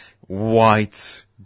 White